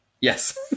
Yes